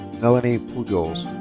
melanie pujols.